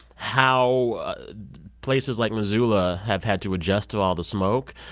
how places like missoula have had to adjust to all the smoke.